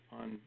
on